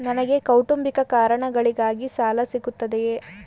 ನನಗೆ ಕೌಟುಂಬಿಕ ಕಾರಣಗಳಿಗಾಗಿ ಸಾಲ ಸಿಗುತ್ತದೆಯೇ?